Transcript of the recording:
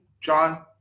John